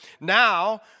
now